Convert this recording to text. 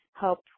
help